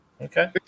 Okay